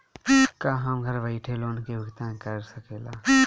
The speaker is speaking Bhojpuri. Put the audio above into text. का हम घर बईठे लोन के भुगतान के शकेला?